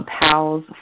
PALS